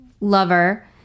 lover